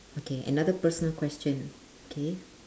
okay another personal question K